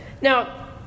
now